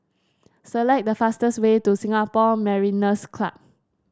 select the fastest way to Singapore Mariners' Club